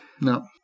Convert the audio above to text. no